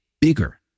bigger